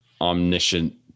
omniscient